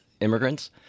immigrants